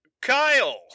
Kyle